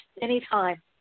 Anytime